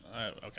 Okay